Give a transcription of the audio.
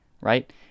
right